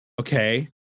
Okay